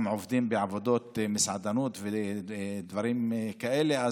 עובדים בעבודות מסעדנות ודברים כאלה,